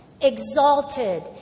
exalted